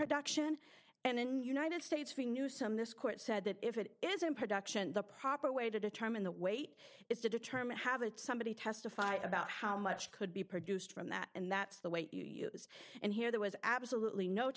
production and in united states v new some this court said that if it is in production the proper way to determine the weight is to determine have it somebody testify about how much could be produced from that and that's the weight you use and here there was absolutely no